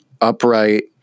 upright